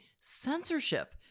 censorship